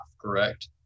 correct